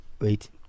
wait